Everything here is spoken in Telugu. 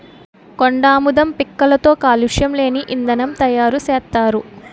కొండాముదం పిక్కలతో కాలుష్యం లేని ఇంధనం తయారు సేత్తారు